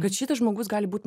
kad šitas žmogus gali būt